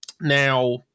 Now